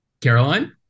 Caroline